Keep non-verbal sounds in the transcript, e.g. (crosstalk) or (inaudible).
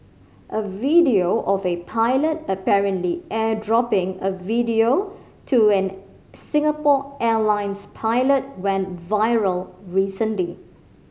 a video of a pilot apparently airdropping a video to an Singapore Airlines pilot went viral (unintelligible)